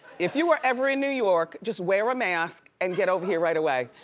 if you are ever in new york, just wear a mask and get over here right away.